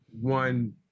one